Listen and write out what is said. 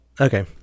Okay